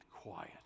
quiet